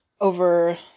over